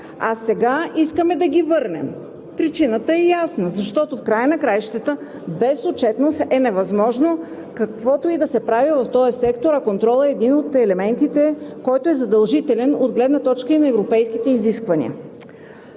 а сега искаме да ги върнем. Причината е ясна, защото в края на краищата без отчетност е невъзможно да се прави каквото и да е в този сектор, а контролът е един от елементите, който е задължителен, от гледна точка и на европейските изисквания.